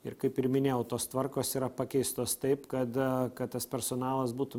ir kaip ir minėjau tos tvarkos yra pakeistos taip kad kad tas personalas būtų